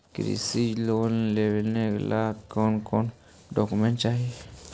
कृषि लोन लेने ला कोन कोन डोकोमेंट चाही?